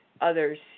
others